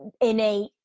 innate